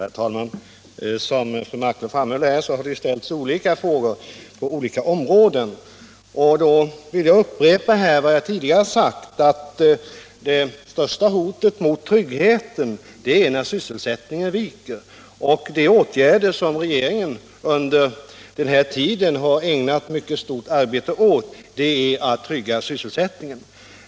Herr talman! Som fru Marklund framhöll har det ställts olika frågor på olika områden. Därför vill jag upprepa vad jag tidigare sagt, nämligen att det största hotet mot tryggheten är när sysselsättningen viker. De åtgärder som regeringen under denna tid har ägnat mycket stort arbete åt är åtgärder för att trygga sysselsättningen.